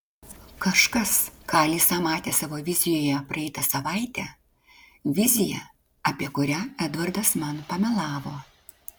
kažkas ką alisa matė savo vizijoje praeitą savaitę viziją apie kurią edvardas man pamelavo